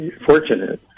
fortunate